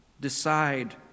decide